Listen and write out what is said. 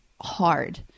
hard